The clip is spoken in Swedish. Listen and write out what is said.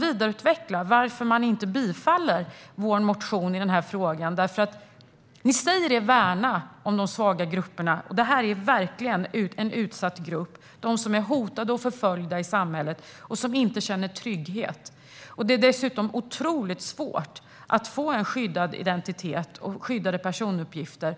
vidareutvecklar varför man inte yrkar bifall till vår motion i den här frågan. Ni säger er värna om de svaga grupperna, och det här är verkligen en utsatt grupp - de som är hotade och förföljda i samhället och inte känner trygghet. Det är dessutom otroligt svårt att få en skyddad identitet och skyddade personuppgifter.